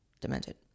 Demented